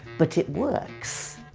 but it works.